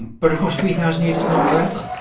and but of course, three thousand years is not forever.